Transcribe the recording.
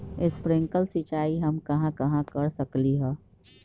Sprinkle सिंचाई हम कहाँ कहाँ कर सकली ह?